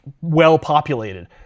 well-populated